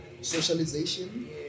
socialization